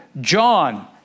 John